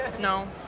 No